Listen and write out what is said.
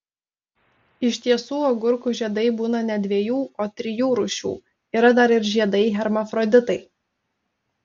iš tiesų agurkų žiedai būna ne dviejų o trijų rūšių yra dar ir žiedai hermafroditai